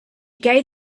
gave